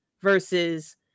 versus